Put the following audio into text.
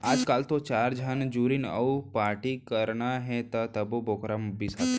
आजकाल तो चार झन जुरिन अउ पारटी करना हे तभो बोकरा बिसाथें